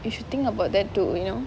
you should think about that too you know